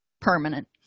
permanent